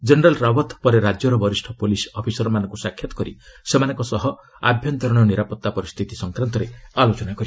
general Rawat ପରେ ରାଜ୍ୟର ବରିଷ୍ଠ ପୁଲିସ ଅଫିସରମାନଙ୍କୁ ସାକ୍ଷାତ୍ କରି ସେମାନଙ୍କ ସହ ଆଭ୍ୟନ୍ତରୀଣ ନିରାପତ୍ତା ପରିସ୍ଥିତି ସଂକ୍ରାନ୍ତରେ ଆଲୋଚନା କରିଛନ୍ତି